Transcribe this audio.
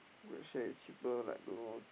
GrabShare is cheaper like don't know